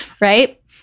right